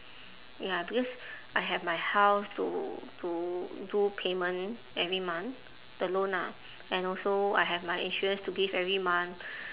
ya because I have my house to to do payment every month the loan ah and also I have my insurance to give every month